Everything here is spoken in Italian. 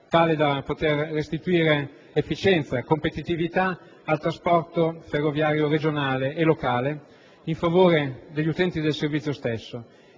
tale da poter restituire efficienza e competitività al trasporto ferroviario regionale e locale in favore degli utenti del servizio stesso